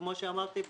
כמו שאמרתי,